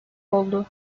oldu